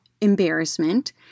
embarrassment